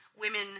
women